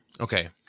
Okay